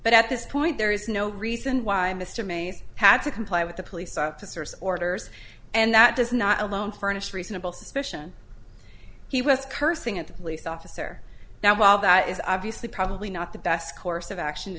but at this point there is no reason why mr mays had to comply with the police officers orders and that does not alone furnish reasonable suspicion he was cursing at the police officer now while that is obviously probably not the best course of action to